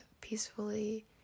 peacefully